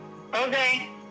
Okay